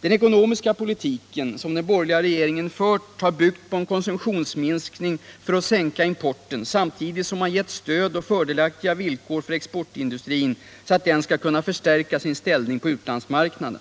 Den ekonomiska politik som den borgerliga regeringen fört har byggt på en konsumtionsminskning för att sänka importen, samtidigt som man gett stöd och fördelaktiga villkor för exportindustrin så att den skall kunna förstärka sin ställning på utlandsmarknaderna.